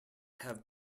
have